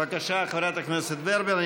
בבקשה, חברת הכנסת ורבין.